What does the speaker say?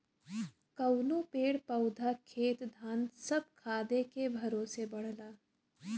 कउनो पेड़ पउधा खेत धान सब खादे के भरोसे बढ़ला